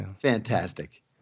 fantastic